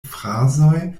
frazoj